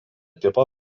tipo